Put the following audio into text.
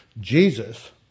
Jesus